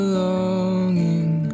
longing